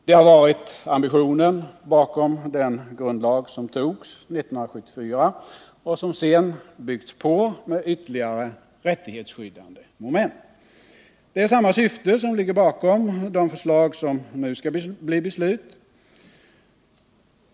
Det har varit ambitionen bakom den grundlag som antogs 1974 och som sedan byggts på med ytterligare rättighetsskyddande moment. Det är samma syfte som ligger bakom de förslag som nu skall bli beslut.